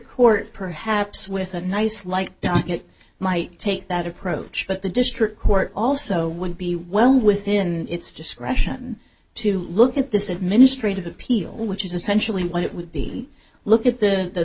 court perhaps with a nice like docket might take that approach but the district court also would be well within its discretion to look at this administrative appeal which is essentially what it would be look at the